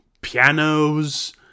pianos